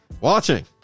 watching